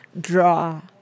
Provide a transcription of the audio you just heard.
draw